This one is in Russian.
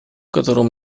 котором